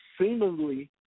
seemingly